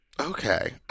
okay